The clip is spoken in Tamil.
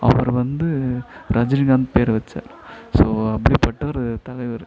அவர் வந்து ரஜினிகாந்த் பேரை வைச்சாரு ஸோ அப்படிபட்டவரு தலைவர்